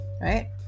Right